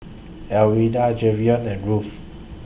Alwilda Jayvion and Ruth